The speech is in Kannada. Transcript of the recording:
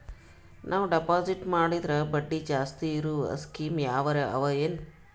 ನಾವು ಡೆಪಾಜಿಟ್ ಮಾಡಿದರ ಬಡ್ಡಿ ಜಾಸ್ತಿ ಇರವು ಸ್ಕೀಮ ಯಾವಾರ ಅವ ಏನ?